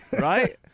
right